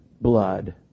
blood